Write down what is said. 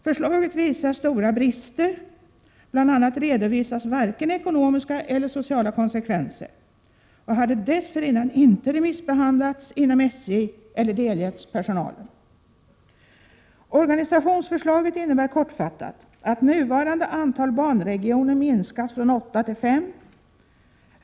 Förslaget som visar stora brister — bl.a. redovisas varken ekonomiska eller sociala konsekvenser — hade dessförinnan inte remissbehandlats inom SJ eller delgetts personalen. Organisationsförslaget innebär kortfattat, att nuvarande antal banregioner minskas från åtta till fem.